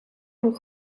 een